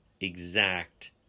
exact